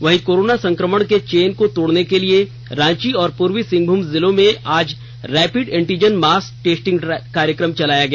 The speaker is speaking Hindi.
वहीं कोरोना संकमण के चेन को तोडने के लिए रांची और पूर्वी सिंहभुम जिलों में आज रैपिड एंटीजन मास टेस्टिंग कार्यक्रम चलाया गया